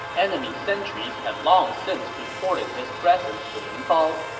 enemy sentries had long since reported his presence to ling bao,